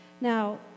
Now